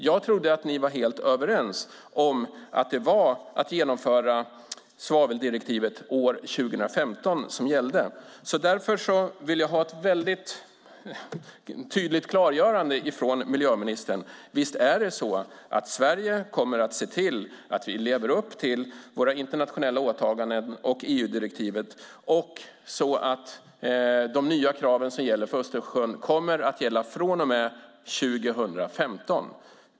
Jag trodde att ni var helt överens om att genomföra svaveldirektivet år 2015. Därför vill jag ha ett tydligt klargörande från miljöministern. Visst kommer Sverige att se till att vi lever upp till våra internationella åtaganden och EU-direktivet så att de nya kraven som gäller för Östersjön kommer att gälla från och med 2015?